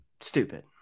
stupid